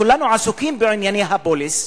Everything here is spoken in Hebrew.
כולנו עסוקים בענייני הפוליס,